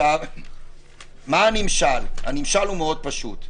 הנמשל מאוד פשוט.